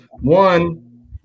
One